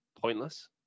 pointless